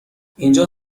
اینجا